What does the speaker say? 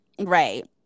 right